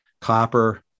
copper